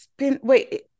Wait